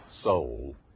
soul